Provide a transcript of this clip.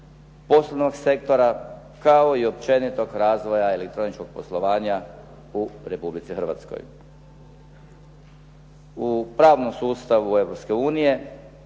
poslovnog sektora, kao i općenitog razvoja elektroničkog poslovanja u Republici Hrvatskoj. U pravnom sustavu